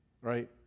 Right